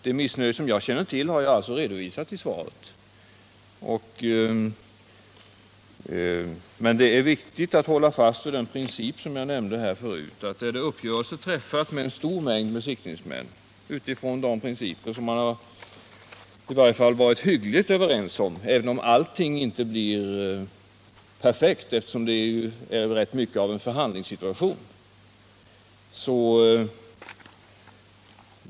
Det missnöje jag känner till har jag redovisat i svaret, men det är viktigt att hålla fast vid den princip som jag förut nämnde, att man skall hålla sig till den uppgörelse som är träffad med en stor mängd besiktningsmän utifrån de huvuddrag som man varit hyggligt överens om — även om inte allt är helt perfekt, eftersom det ändå i mycket varit en förhandlingssituation.